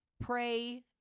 pray